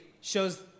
shows